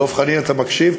דב חנין, אתה מקשיב?